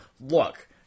look